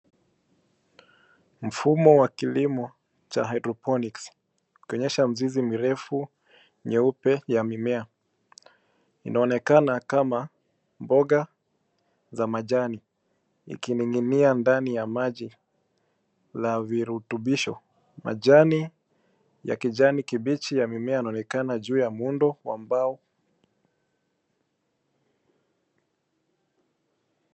Mfumo wa kilimo cha hydroponics ikionyesha mzizi mirefu nyeupe ya mimea, inaonekana kama mboga za majani ikining'inia ndani ya maji la virutubisho. Majani ya kijani kibichi ya mimea, yanaonekana juu ya muundo wa mbao.